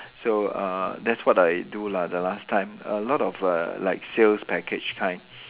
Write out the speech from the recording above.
so uh that's what I do lah the last time a lot of err like sales package kind